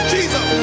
Jesus